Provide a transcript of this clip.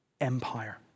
empire